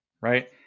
right